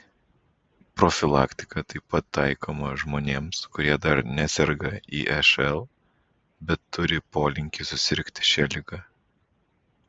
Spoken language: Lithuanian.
profilaktika taip pat taikoma žmonėms kurie dar neserga išl bet turi polinkį susirgti šia liga